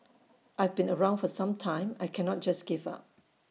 I've been around for some time I cannot just give up